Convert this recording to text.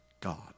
God